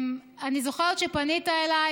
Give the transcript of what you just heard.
אני זוכרת שפנית אליי,